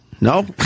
No